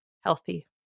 healthy